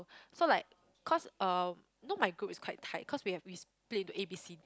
so like cause uh you know my group is quite tight cause we have we split into A B C